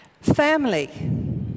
Family